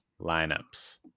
lineups